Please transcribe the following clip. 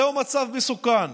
זהו מצב מסוכן.